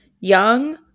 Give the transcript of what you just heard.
young